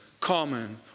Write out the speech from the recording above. common